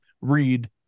read